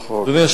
אדוני.